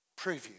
preview